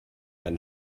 eine